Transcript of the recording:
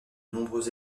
nombreux